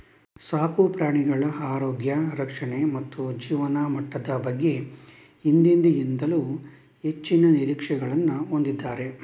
ಸಾಕು ಪ್ರಾಣಿಗಳ ಆರೋಗ್ಯ ರಕ್ಷಣೆ ಮತ್ತು ಜೀವನಮಟ್ಟದ ಬಗ್ಗೆ ಹಿಂದೆಂದಿಗಿಂತಲೂ ಹೆಚ್ಚಿನ ನಿರೀಕ್ಷೆಗಳನ್ನು ಹೊಂದಿದ್ದಾರೆ